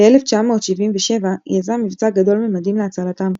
ב-1977 יזם מבצע גדול ממדים להצלתם,